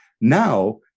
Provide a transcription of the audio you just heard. now